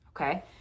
Okay